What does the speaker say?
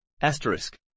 Asterisk